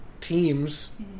teams